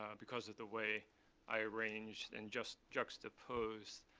um because of the way i arranged and just juxtaposed